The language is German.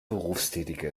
berufstätige